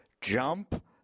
Jump